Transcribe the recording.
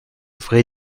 vraie